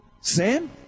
Sam